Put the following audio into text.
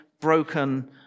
broken